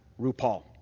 RuPaul